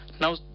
Now